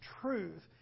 truth